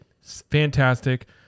fantastic